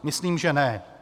Myslím že ne.